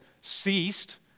ceased